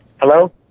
Hello